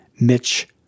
Mitch